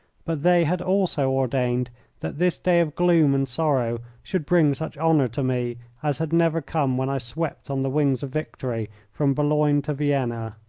but they had also ordained that this day of gloom and sorrow should bring such honour to me as had never come when i swept on the wings of victory from boulogne to vienna.